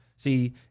See